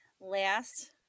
Last